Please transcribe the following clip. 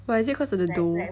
but is it cause of the dough